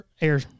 air